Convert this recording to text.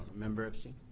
member epstein?